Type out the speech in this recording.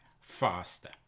faster